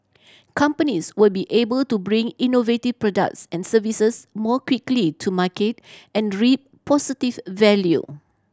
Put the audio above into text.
companies will be able to bring innovative products and services more quickly to market and reap positive value